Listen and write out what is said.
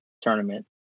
tournament